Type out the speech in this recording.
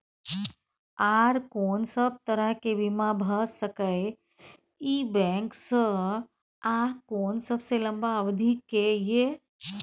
आर कोन सब तरह के बीमा भ सके इ बैंक स आ कोन सबसे लंबा अवधि के ये?